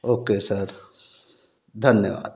okay sir धन्यवाद